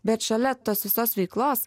bet šalia tos visos veiklos